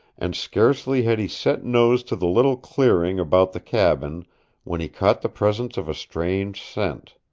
and scarcely had he set nose to the little clearing about the cabin when he caught the presence of a strange scent.